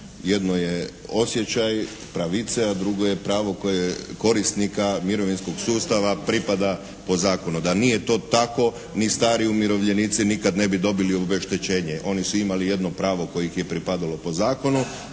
Jedno je osjećaj pravice, a drugo je pravo korisnika mirovinskog sustava pripada po zakonu. Da nije to tako ni stari umirovljenici nikad ne bi dobili obeštećenje. Oni su imali jedno pravo koje ih je pripadalo po zakonu,